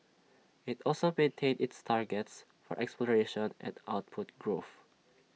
IT also maintained its targets for exploration and output growth